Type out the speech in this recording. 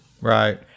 Right